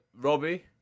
Robbie